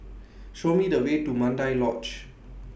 Show Me The Way to Mandai Lodge